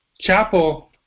Chapel